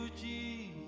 Jesus